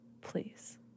Please